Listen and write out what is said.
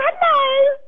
hello